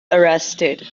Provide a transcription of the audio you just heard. arrested